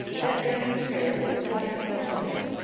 that journey to paris was quite too much for him.